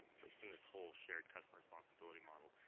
which is in this whole shared customer responsibility model.